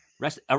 Rest